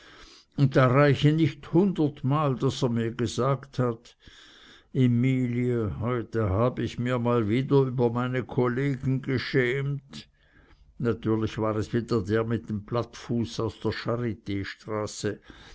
und da reichen nich hundert mal daß er mir gesagt hat emile heut hab ich mir mal wieder über meine kollegen geschämt natürlich war es wieder der mit n plattfuß aus der